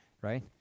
right